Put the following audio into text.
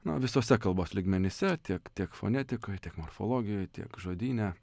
na visuose kalbos lygmenyse tiek tiek fonetikoj morfologijoj tiek žodyne